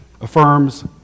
affirms